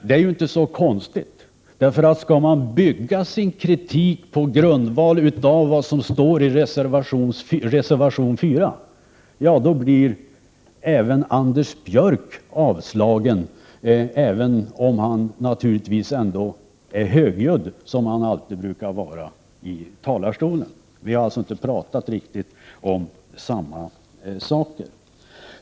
Det är inte så konstigt, för skall man bygga sin kritik på vad som står i reservation 4, då blir även Anders Björck avslagen fastän han naturligtvis ändå är högljudd, som han alltid brukar vara i talarstolen. Vi har alltså inte talat riktigt om samma saker.